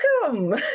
welcome